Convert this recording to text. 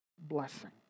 blessing